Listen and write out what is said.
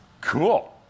Cool